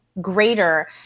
greater